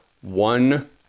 one